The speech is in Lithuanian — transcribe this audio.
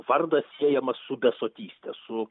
vardas siejamas su besotyste su